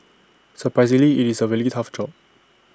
surprisingly IT is A really tough job